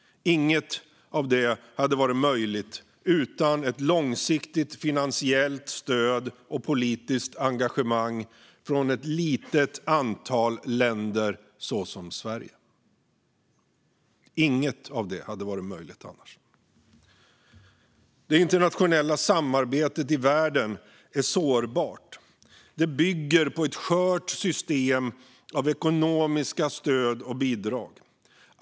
Inget av detta hade varit möjligt utan ett långsiktigt finansiellt stöd och politiskt engagemang från ett litet antal länder såsom Sverige. Inget av detta hade varit möjligt annars. Det internationella samarbetet i världen är sårbart. Det bygger på ett skört system av ekonomiska stöd och bidrag.